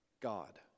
God